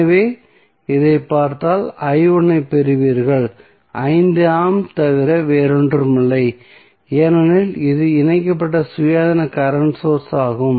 எனவே நீங்கள் இதைப் பார்த்தால் ஐ பெறுவீர்கள் 5 ஆம்பியர் தவிர வேறொன்றுமில்லை ஏனெனில் இது இணைக்கப்பட்ட சுயாதீன கரண்ட் சோர்ஸ் ஆகும்